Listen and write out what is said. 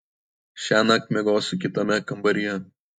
šiąnakt miegosiu kitame kambaryje